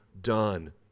done